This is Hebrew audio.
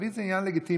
תווית זה עניין לגיטימי.